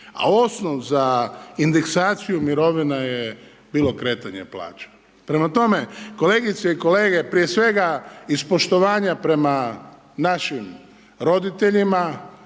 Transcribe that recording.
A osnov za indeksaciju mirovina je bilo kretanje plaća. Prema tome, kolegice i kolege prije svega iz poštovanja prema našim roditeljima